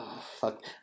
Fuck